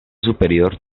superior